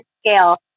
scale